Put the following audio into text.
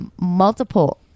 multiple